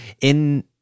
in-